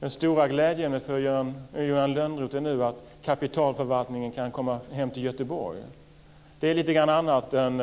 Den stora glädjen för Johan Lönnroth är nu att kapitalförvaltningen kan komma hem till Göteborg. Det är något annat än